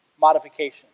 modification